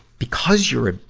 because you're a,